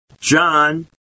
John